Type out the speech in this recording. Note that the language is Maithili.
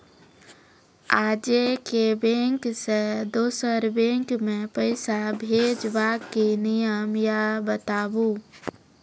आजे के बैंक से दोसर बैंक मे पैसा भेज ब की नियम या बताबू?